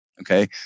Okay